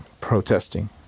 protesting